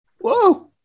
whoa